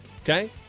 okay